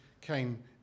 came